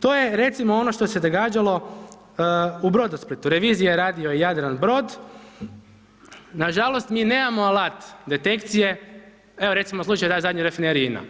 To je recimo ono što se događalo u Brodosplitu, reviziju je radio Jadranbrod, nažalost mi nemamo alat detekcije, evo recimo slučaj zadnji rafinerije INA,